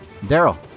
Daryl